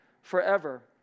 Forever